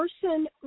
person